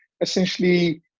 essentially